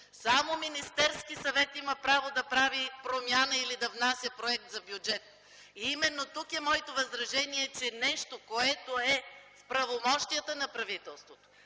Само Министерски съвет има право да прави промяна или да внася проект за бюджет. Именно тук е моето възражение, че нещо, което е в правомощията на правителството,